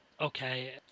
okay